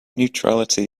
neutrality